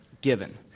given